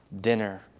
dinner